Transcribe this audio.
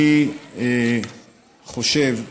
אני חושב שהיום,